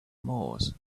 moors